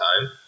time